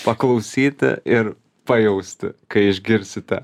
paklausyti ir pajausti kai išgirsite